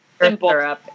simple